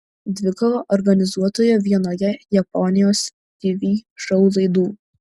dvikovą organizuotoje vienoje japonijos tv šou laidų